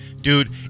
dude